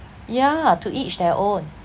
yeah to each their own